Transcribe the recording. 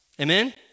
Amen